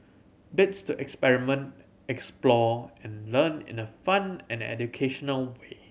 bits to experiment explore and learn in a fun and educational way